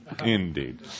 Indeed